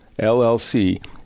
LLC